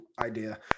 idea